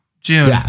June